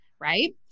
right